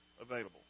available